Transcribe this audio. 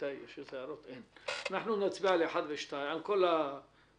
אין הערות נצביע על הפתיח,